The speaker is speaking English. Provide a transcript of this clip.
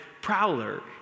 prowler